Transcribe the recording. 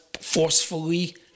forcefully